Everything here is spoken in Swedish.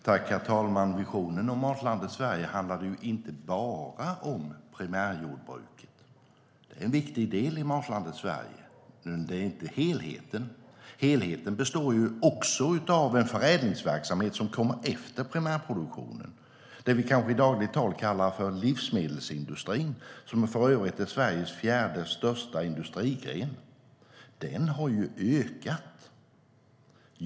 Herr talman! Visionen om Matlandet Sverige handlade inte bara om primärjordbruket. Det är en viktig del i Matlandet Sverige, men det är inte helheten. Helheten består också av en förädlingsverksamhet som kommer efter primärproduktionen, det vi kanske i dagligt talar kallar för livsmedelsindustrin, som för övrigt är Sveriges fjärde största industrigren. Den har ökat.